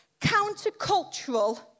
countercultural